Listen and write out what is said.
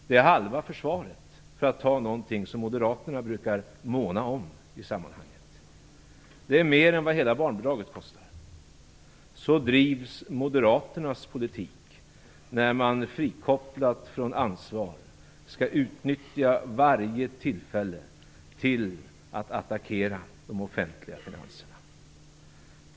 Det är halva försvaret, för att ta något som Moderaterna brukar måna om. Det är mer än vad hela barnbidraget kostar. Så drivs Moderaternas politik när man frikopplad från ansvar skall utnyttja varje tillfälle till att attackera de offentliga finanserna.